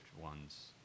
one's